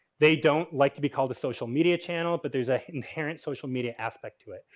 they don't like to be called a social media channel, but there's a inherent social media aspect to it.